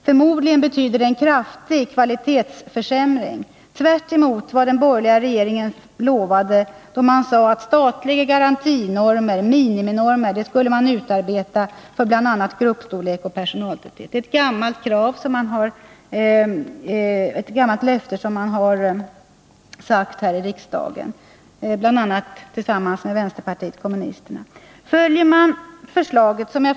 Förmodligen betyder det kraftig kvalitetsförsämring, tvärtemot vad den borgerliga regeringen lovade då man sade att statliga garantinormer, miniminormer, skulle utarbetas för bl.a. gruppstorlek och personaltäthet. Det är ett gammalt löfte som ni avgivit här i riksdagen, bl.a. tillsammans med vänsterpartiet kommunisterna.